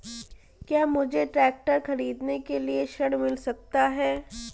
क्या मुझे ट्रैक्टर खरीदने के लिए ऋण मिल सकता है?